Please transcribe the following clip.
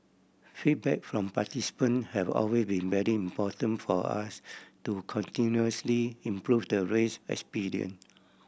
feedback from participant have always been very important for us to continuously improve the race experience